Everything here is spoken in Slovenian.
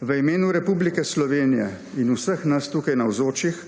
V imenu Republike Slovenije in vseh nas tukaj navzočih